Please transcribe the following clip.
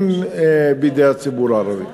הן בידי הציבור הערבי.